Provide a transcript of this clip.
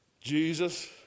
Jesus